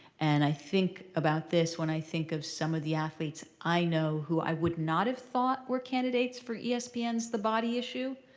and i think about this when i think of some of the athletes i know who i would not have thought were candidates for espn's the body issue,